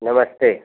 नमस्ते